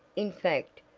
in fact,